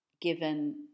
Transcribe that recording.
given